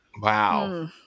Wow